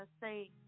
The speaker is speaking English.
say